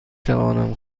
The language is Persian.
توانم